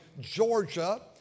Georgia